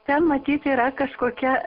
ten matyt yra kažkokia